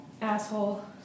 Asshole